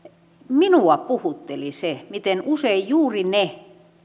minua puhutteli se miten usein juuri ne